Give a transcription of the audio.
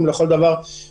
ואף הוסיפה ואמרה שאתה,